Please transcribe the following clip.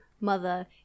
mother